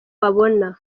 wabona